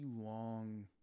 long